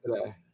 today